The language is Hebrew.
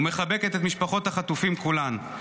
ומחבקת את משפחות החטופים כולן.